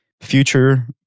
Future